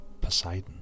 Poseidon